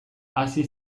hasi